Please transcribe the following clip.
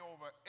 over